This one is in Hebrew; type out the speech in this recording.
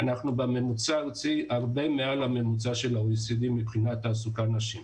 אנחנו בממוצע הארצי הרבה מעל הממוצע של ה-OECD מבחינת תעסוקת נשים.